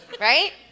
Right